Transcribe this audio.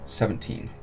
seventeen